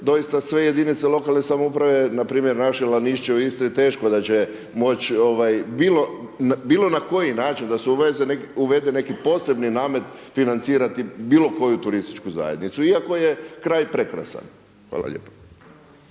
doista sve jedinice lokalne samouprave npr. naše Lanišće u Istri teško da će moći bilo na koji način da se uvede neki posebni namet financirati bilo koju turističku zajednicu, iako je kraj prekrasan. Hvala lijepa.